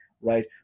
right